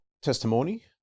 testimony